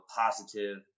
positive